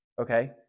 Okay